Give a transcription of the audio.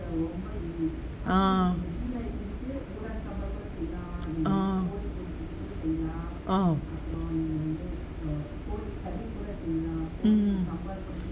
ah ah ah mm